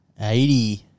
Eighty